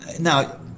Now